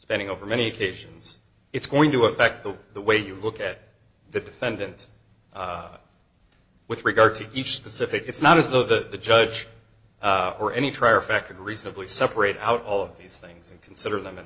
spending over many occasions it's going to affect the way you look at the defendant with regard to each specific it's not as though the judge or any trier of fact could reasonably separate out all of these things and consider them in